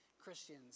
Christians